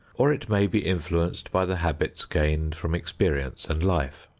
or it may be influenced by the habits gained from experience and life.